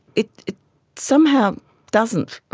it it somehow doesn't.